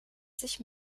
sich